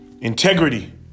integrity